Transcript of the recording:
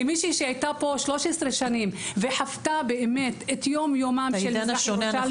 כמי שהייתה פה 13 שנים וחוותה את יום יומם של המזרח ירושלמים,